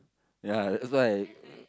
ya that's why